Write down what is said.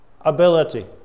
ability